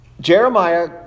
Jeremiah